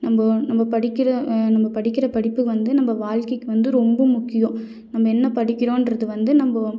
நம்ம நம்ம படிக்கிற நம்ம படிக்கிற படிப்பு வந்து நம்ம வாழ்க்கைக்கு வந்து ரொம்ப முக்கியம் நம்ம என்ன படிக்கிறோன்றது வந்து நம்ம